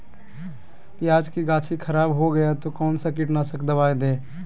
प्याज की गाछी खराब हो गया तो कौन सा कीटनाशक दवाएं दे?